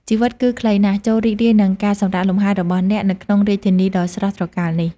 ជីវិតគឺខ្លីណាស់ ចូររីករាយនឹងការសម្រាកលំហែ របស់អ្នកនៅក្នុងរាជធានីដ៏ស្រស់ត្រកាលនេះ។